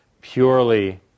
purely